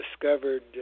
discovered